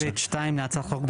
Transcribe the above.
בסעיף 1(ב1)(1)(ב)(2) להצעת החוק,